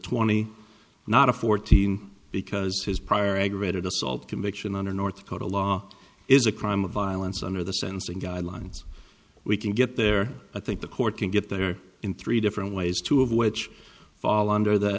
twenty not a fourteen because his prior aggravated assault conviction under north dakota law is a crime of violence under the sentencing guidelines we can get there i think the court can get there in three different ways two of which fall under the